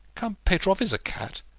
count pateroff is a cat.